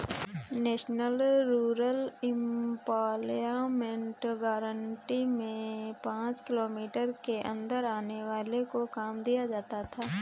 national rural employment guarantee में पांच kilometre के अंदर आने वालो को काम दिया जाता था